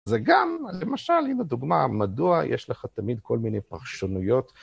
זה גם, למשל, הנה דוגמה, מדוע יש לך תמיד כל מיני פרשנויות.